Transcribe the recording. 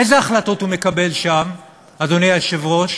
איזה החלטות הוא מקבל שם, אדוני היושב-ראש?